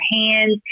hands